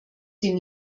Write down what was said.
den